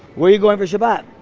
where are you going for shabbat?